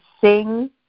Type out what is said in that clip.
sing